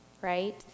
right